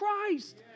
Christ